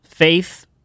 Faith